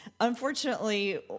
Unfortunately